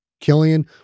Killian